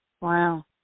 Wow